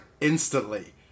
instantly